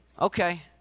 Okay